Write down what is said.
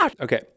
Okay